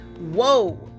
Whoa